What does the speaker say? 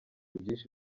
byinshi